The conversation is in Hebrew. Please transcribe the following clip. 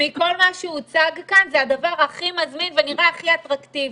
מכל מה שהוצג כאן זה הדבר הכי מזמין ונראה הכי אטרקטיבי.